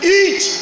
eat